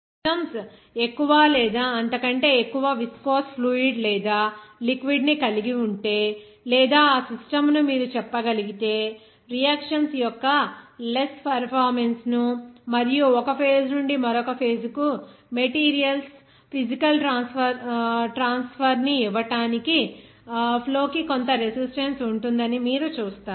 systems ఎక్కువ లేదా అంతకంటే ఎక్కువ విస్కోస్ ఫ్లూయిడ్ లేదా లిక్విడ్ ని కలిగి ఉంటే లేదా ఆ సిస్టమ్ ను మీరు చెప్పగలిగితే రియాక్షన్స్ యొక్క లెస్ పెర్ఫార్మన్స్ ను మరియు ఒక ఫేజ్ నుండి మరొక ఫేజ్ కు మెటీరియల్స్ ఫిజికల్ ట్రాన్స్ఫర్ ని ఇవ్వడానికి ఫ్లో కి కొంత రెసిస్టన్స్ ఉంటుందని మీరు చూస్తారు